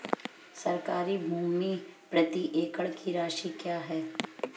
सरकारी भूमि प्रति एकड़ की राशि क्या है?